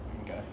Okay